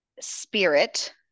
spirit